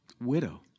widow